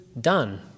done